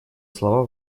слова